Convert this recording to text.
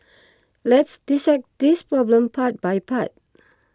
let's dissect this problem part by part